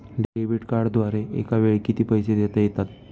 Debit कार्डद्वारे एकावेळी किती पैसे देता येतात?